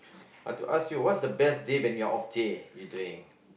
I want to ask you what is the best day when you're off day you're doing